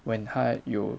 when 他有